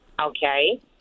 Okay